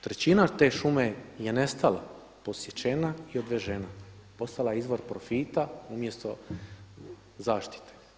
Trećina te šume je nestala, posjećena i odvežena, postala je izvor profita umjesto zaštite.